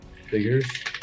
Figures